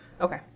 Okay